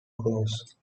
groves